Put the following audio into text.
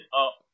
up